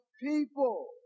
people